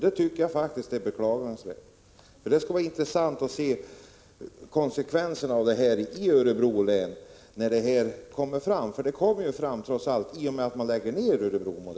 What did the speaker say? Det skall bli intressant att se konsekvenserna av detta när det kommer fram i Örebro att Örebromodellen läggs ned.